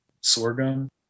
sorghum